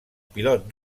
pilot